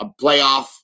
playoff